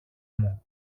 μου